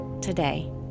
today